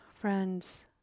Friends